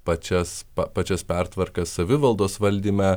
pačias pačias pertvarkas savivaldos valdyme